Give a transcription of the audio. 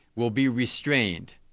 will be restrained.